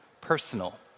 personal